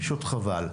פשוט חבל.